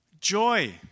Joy